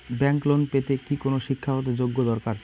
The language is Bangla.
ব্যাংক লোন পেতে কি কোনো শিক্ষা গত যোগ্য দরকার?